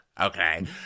Okay